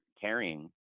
carrying